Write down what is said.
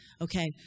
Okay